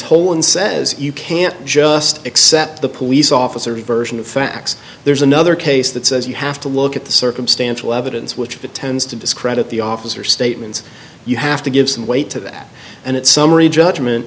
tolan says you can't just accept the police officer version of facts there's another case that says you have to look at the circumstantial evidence which tends to discredit the officer statements you have to give some weight to that and it's summary judgment